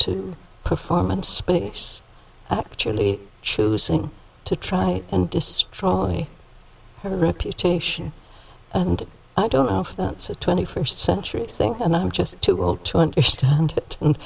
to performance actually choosing to try and destroy her reputation and i don't know if that's a twenty first century thing and i'm just too old to understand